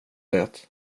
det